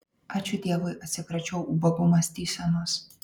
ačiū dievui atsikračiau ubagų mąstysenos